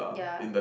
ya